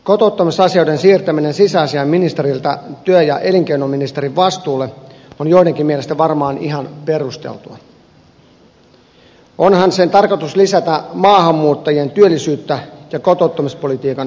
kotouttamisasioiden siirtäminen sisäasiainministeriltä työ ja elinkeinoministerin vastuulle on joidenkin mielestä varmaan ihan perusteltua onhan sen tarkoitus lisätä maahanmuuttajien työllisyyttä ja kotouttamispolitiikan vaikuttavuutta